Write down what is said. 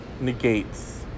negates